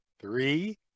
three